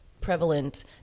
prevalent